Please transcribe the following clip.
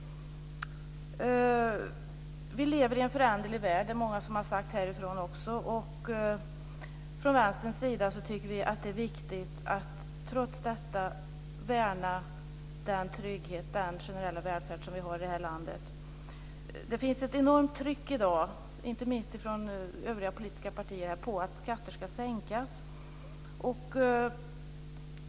Det är många som här har sagt att vi lever i en föränderlig värld. Vi tycker från Vänsterns sida att det är viktigt att trots detta värna den trygghet och den generella välfärd som vi har i vårt land. Det finns i dag ett enormt tryck, inte minst från övriga politiska partier, på att skatter ska sänkas.